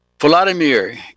Vladimir